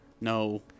No